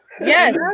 Yes